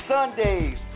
Sundays